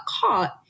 caught